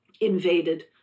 invaded